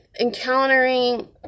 encountering